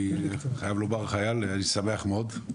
אני חייב לומר לך אייל, אני שמח מאוד.